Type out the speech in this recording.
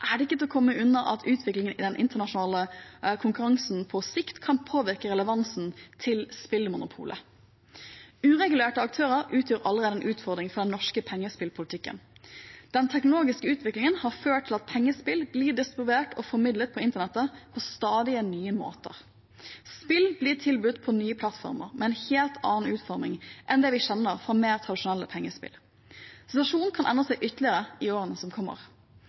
er det ikke til å komme unna at utviklingen i den internasjonale konkurransen på sikt kan påvirke relevansen til spillmonopolet. Uregulerte aktører utgjør allerede en utfordring for den norske pengespillpolitikken. Den teknologiske utviklingen har ført til at pengespill blir distribuert og formidlet på internett på stadig nye måter. Spill blir tilbudt på nye plattformer med en helt annen utforming enn det vi kjenner fra mer tradisjonelle pengespill. Situasjonen kan endre seg ytterligere i årene som kommer.